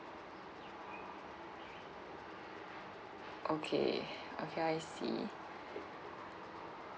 okay okay I see